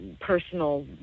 personal